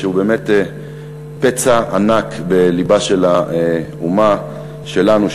שהוא באמת פצע ענק בלבה של האומה שלנו,